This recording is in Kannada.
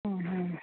ಹ್ಞೂ ಹ್ಞೂ